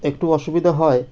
একটু অসুবিধা হয়